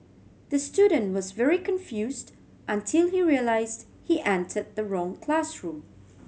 the student was very confused until he realised he entered the wrong classroom